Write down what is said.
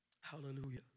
Hallelujah